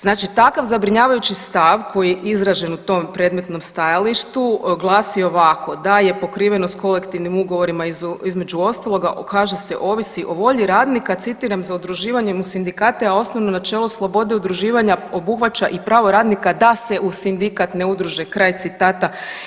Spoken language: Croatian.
Znači takav zabrinjavajući stav koji je izražen u tom predmetnom stajalištu glasi ovako, da je pokrivenost kolektivnim ugovorima, između ostaloga, kaže se, ovisi o volji radnika, citiram, za udruživanjem u sindikate, a osnovno načelo slobode udruživanja obuhvaća i pravo radnika da se u sindikat ne udruže, kraj citata.